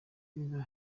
igihombo